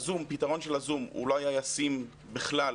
פתרון הזום לא היה ישים בכלל